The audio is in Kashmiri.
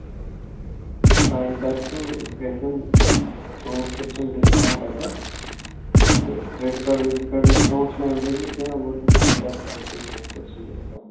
سانہِ طرفہٕ گژھن پانٛژھ پٔرسنٛٹ ڈِسکاوُنٛٹ اَتھٮ۪تھ تہٕ کرٛیٚڈِٹ کاڈ ویٚڈِٹ کاڈ ڈِسکاوُنٹ چھُنہٕ اٮ۪ویلیبٕل کیٚنہہ اَلبتہ سانہِ طرفہٕ گژھن پانٛژھ پٔرسنٛٹ ڈِسکاوُنٛٹ